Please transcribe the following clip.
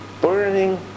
burning